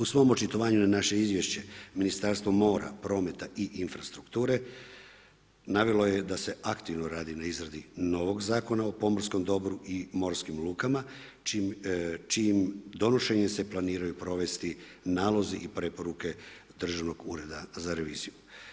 U svom očitovanju na naše izvješće, Ministarstvo mora, prometa i infrastrukture navelo je da se aktivno radi na izradi novog Zakona o pomorskom dobru i morskim lukama čijim donošenjem se planiraju provesti nalozi i preporuke Državnog ureda za reviziju.